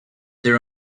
their